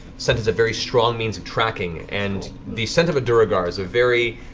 scent is a very strong means of tracking and the scent of a duergar is a very